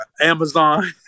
Amazon